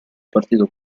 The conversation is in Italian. partito